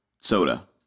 soda